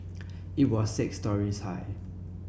it was six storeys high